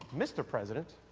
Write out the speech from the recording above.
mr. president,